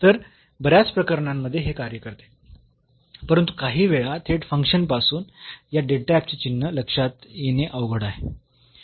तर बऱ्याच प्रकरणांमध्ये हे कार्य करते परंतु काही वेळा थेट फंक्शन पासून या चे चिन्ह लक्षात येणे अवघड आहे